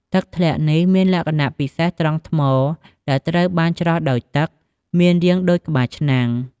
ទឹកធ្លាក់នេះមានលក្ខណៈពិសេសត្រង់ថ្មដែលត្រូវបានច្រោះដោយទឹកមានរាងដូចក្បាលឆ្នាំង។